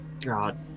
God